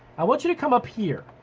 i want you to come up here.